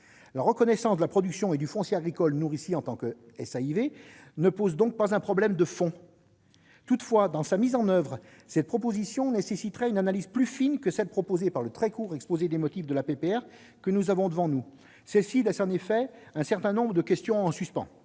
La reconnaissance de la production alimentaire et du foncier agricole nourricier en tant que SAIV ne pose donc pas un problème de fond. Toutefois, en vue de sa mise en oeuvre, cette préconisation nécessiterait une analyse plus fine que celle figurant dans le très court exposé des motifs de la proposition de résolution. Celui-ci laisse en effet un certain nombre de questions en suspens.